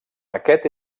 aquest